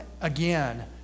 again